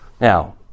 Now